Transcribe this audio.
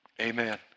Amen